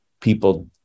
people